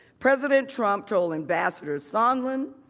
president trump told ambassador sondland,